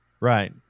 Right